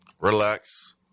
relax